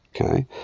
okay